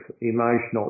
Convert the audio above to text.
emotional